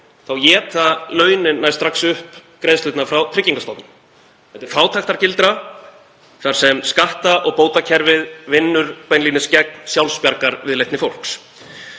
þá éta launin nær strax upp greiðslurnar frá Tryggingastofnun. Þetta er fátæktargildra þar sem skatta- og bótakerfið vinnur beinlínis gegn sjálfsbjargarviðleitni fólks.